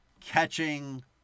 catching